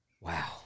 Wow